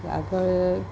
ત્યાં આગળ